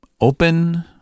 open